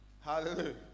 Hallelujah